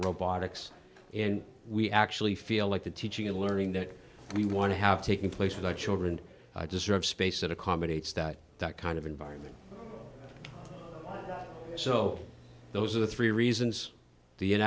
robotics and we actually feel like the teaching and learning that we want to have taking place with our children deserve space that accommodates that that kind of environment so those are the three reasons the